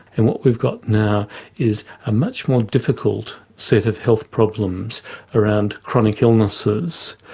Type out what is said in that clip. and what we've got now is a much more difficult set of health problems around chronic illnesses.